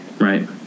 Right